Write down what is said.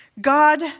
God